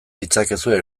ditzakezue